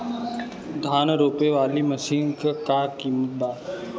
धान रोपे वाली मशीन क का कीमत बा?